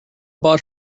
bought